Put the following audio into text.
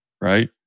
Right